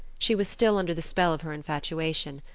she was still under the spell of her infatuation.